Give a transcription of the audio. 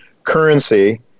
Currency